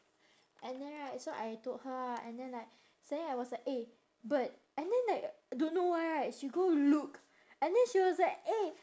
and then right so I told her ah and then like suddenly I was like eh bird and then like don't know why right she go look and then she was like eh